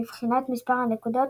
מבחינת מספר הנקודות,